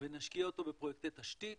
ונשקיע אותו בפרויקטי תשתית,